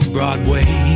Broadway